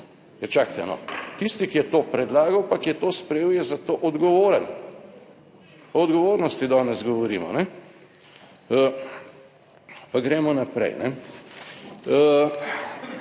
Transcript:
no. Tisti, ki je to predlagal pa ki je to sprejel, je za to odgovoren. O odgovornosti danes govorimo, ne. Pa gremo naprej.